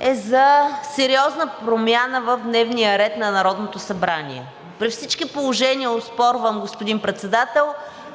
е за сериозна промяна в дневния ред на Народното събрание. При всички положения оспорвам, господин Председател,